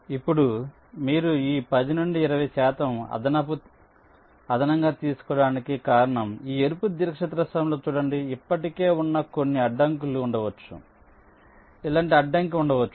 ఇప్పుడు మీరు ఈ 10 నుండి 20 శాతం అదనపు తీసుకోవటానికి కారణం ఈ ఎరుపు దీర్ఘచతురస్రంలో చూడండి ఇప్పటికే ఉన్న కొన్ని అడ్డంకులు ఉండవచ్చు ఇలాంటి అడ్డంకి ఉండవచ్చు